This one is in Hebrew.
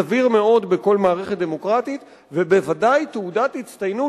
סביר מאוד בכל מערכת דמוקרטית ובוודאי תעודת הצטיינות